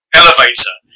elevator